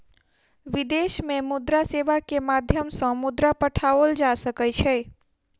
विदेश में मुद्रा सेवा के माध्यम सॅ मुद्रा पठाओल जा सकै छै